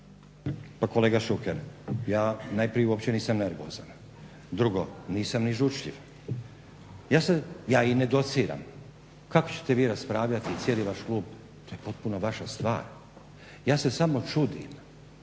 Pa kolega Šuker, ja najprije uopće nisam nervozan, drugo nisam ni žučljiv. Ja se, ja i ne dociram, kako ćete vi raspravljati i cijeli vaš klub, to je potpuno vaša stvar. Ja se samo čudim